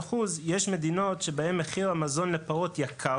ב-33% יש מדינות שבהן מחיר המזון לפרות יקר